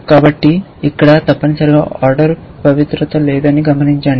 కాబట్టి ఇక్కడ తప్పనిసరిగా ఆర్డర్ పవిత్రత లేదని గమనించండి